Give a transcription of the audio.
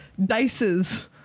dices